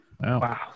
Wow